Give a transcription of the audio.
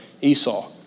Esau